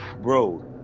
bro